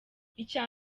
icya